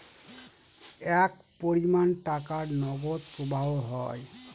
এক পরিমান টাকার নগদ প্রবাহ হয়